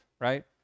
right